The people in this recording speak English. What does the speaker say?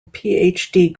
phd